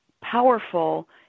powerful